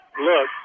look